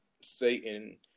Satan